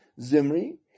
Zimri